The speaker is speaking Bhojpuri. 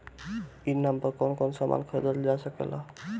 ई नाम पर कौन कौन समान खरीदल जा सकेला?